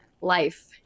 life